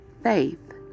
faith